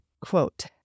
Quote